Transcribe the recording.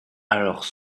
alors